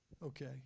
Okay